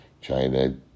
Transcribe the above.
China